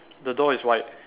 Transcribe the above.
the door is white